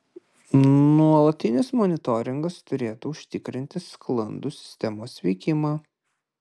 nuolatinis monitoringas turėtų užtikrinti sklandų sistemos veikimą